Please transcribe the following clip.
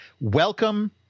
Welcome